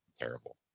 terrible